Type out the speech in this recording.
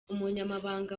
umunyamabanga